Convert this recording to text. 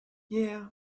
yeah